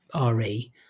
RE